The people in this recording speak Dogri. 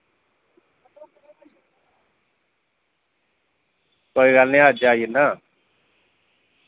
कोई गल्ल निं अज्ज आई जन्नां